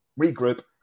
regroup